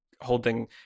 holding